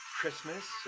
Christmas